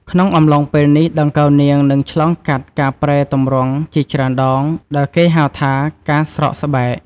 ក្នុងអំឡុងពេលនេះ ដង្កូវនាងនឹងឆ្លងកាត់ការប្រែទម្រង់ជាច្រើនដង ដែលគេហៅថាការស្រកស្បែក។